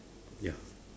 ya